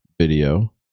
video